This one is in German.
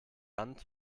hand